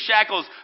shackles